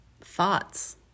thoughts